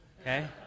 okay